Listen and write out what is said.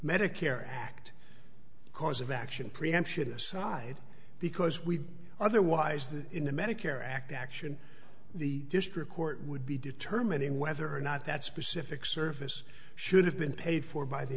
medicare act because of action preemption aside because we are otherwise the in the medicare act action the district court would be determining whether or not that specific service should have been paid for by the